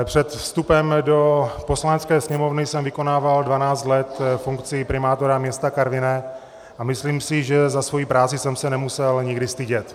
Před vstupem do Poslanecké sněmovny jsem vykonával dvanáct let funkci primátora města Karviné a myslím si, že za svoji práci jsem se nemusel nikdy stydět.